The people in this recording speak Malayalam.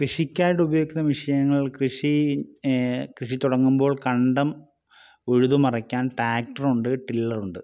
കൃഷിക്കായിട്ടുപയോഗിക്കുന്ന മെഷീനുകൾ കൃഷി കൃഷി തുടങ്ങുമ്പോൾ കണ്ടം ഉഴുതുമറിക്കാൻ ട്രാക്റ്ററുണ്ട് ടില്ലറുണ്ട്